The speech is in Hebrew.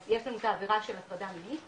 אז יש לנו את העבירה של הטרדה מינית,